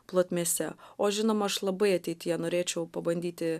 plotmėse o žinoma aš labai ateityje norėčiau pabandyti